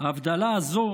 הבדלה זו